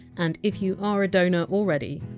and if you are a donor already,